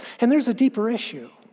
and there's a deeper issue